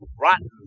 rotten